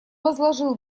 возложил